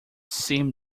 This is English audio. seemed